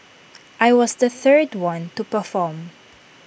I was the third one to perform